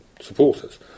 supporters